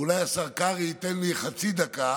ואולי השר קרעי ייתן לי חצי דקה,